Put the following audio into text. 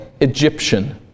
Egyptian